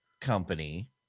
company